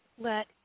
let